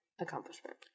accomplishment